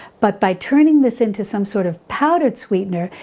but by turning this into some sort of powdered sweetener,